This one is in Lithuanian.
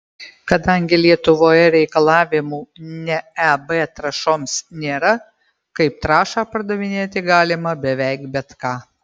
kadangi lietuvoje reikalavimų ne eb trąšoms nėra kaip trąšą pardavinėti galima beveik bet ką